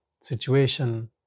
situation